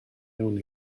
iawn